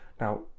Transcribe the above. Now